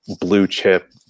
blue-chip